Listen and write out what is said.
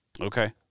Okay